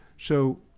so,